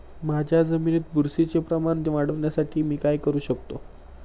माझ्या जमिनीत बुरशीचे प्रमाण वाढवण्यासाठी मी काय करू शकतो?